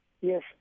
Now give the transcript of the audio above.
Yes